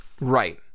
Right